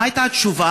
מה הייתה התשובה?